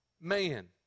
man